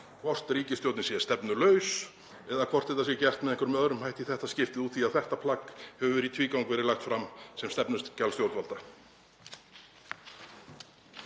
hvort ríkisstjórnin sé stefnulaus eða hvort þetta sé gert með einhverjum öðrum hætti í þetta skiptið úr því að þetta plagg hefur í tvígang verið lagt fram sem stefnuskjal stjórnvalda.